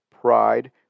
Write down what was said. pride